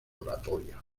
oratoria